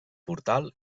portal